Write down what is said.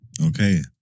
Okay